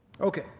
okay